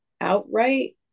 outright